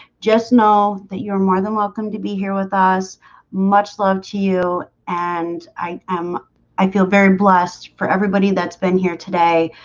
just know that you're more than welcome to be here with us much love to you and i am i feel very blessed for everybody that's been here today